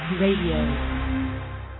Radio